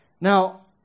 Now